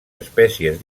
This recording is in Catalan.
espècies